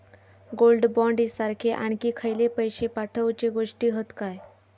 Gold bond सारखे आणखी खयले पैशे साठवूचे गोष्टी हत काय?